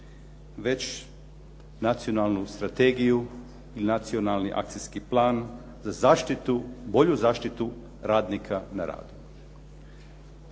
već nacionalnu strategiju ili nacionalni akcijski plan za zaštitu, bolju zaštitu radnika na radu.